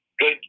good